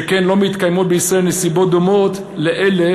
שכן לא מתקיימות בישראל נסיבות דומות לאלה